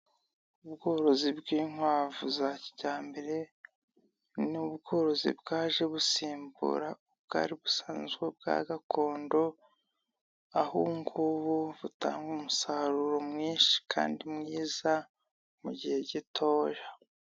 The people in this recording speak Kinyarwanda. Ubworozi bw'inkwavu za kijyambere, ni ubworozi bwaje busimbura bwari busanzwe bwa gakondo, aho ubungubu butanga umusaruro mwinshi kandi mwiza mu gihe gitoya.